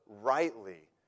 rightly